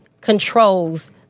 controls